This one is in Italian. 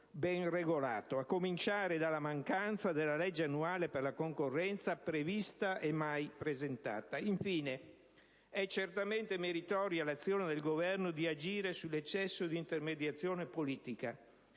ben regolato, a cominciare dalla mancanza della legge annuale per la concorrenza, prevista e mai presentata. Infine, è certamente meritoria l'intenzione del Governo di agire sull'eccesso di intermediazione politica